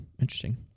interesting